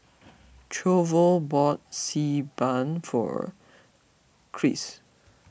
Toivo bought Xi Ban for Chris